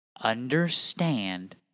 Understand